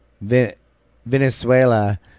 Venezuela